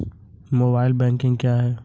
Mobile banking क्या है?